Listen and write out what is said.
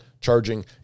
charging